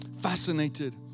fascinated